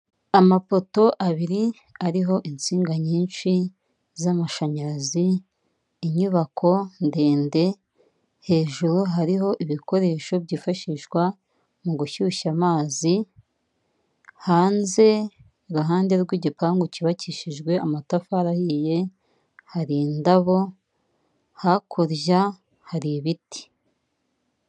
Amapoto abiri ariho insinga nyinshi z'amashanyarazi, inyubako ndende hejuru hariho ibikoresho byifashishwa mu gushyushya amazi, hanze iruhande rw'igipangu cyubakishijwe amatafari ahiye, hari indabo hakurya hari ibiti.